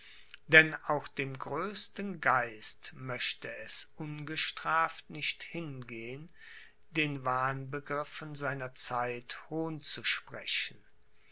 denn auch dem größten geist möchte es ungestraft nicht hingehen den wahnbegriffen seiner zeit hohn zu sprechen